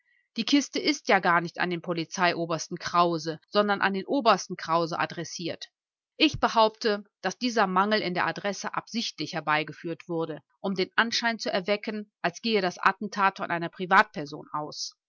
die kiste ist ja gar nicht an den polizeiobersten krause sondern an den obersten krause adressiert ich behaupte daß dieser mangel in der adresse absichtlich herbeigeführt wurde um den anschein zu erwecken als gehe das attentat von einer privatperson aus